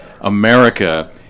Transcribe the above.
America